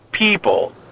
people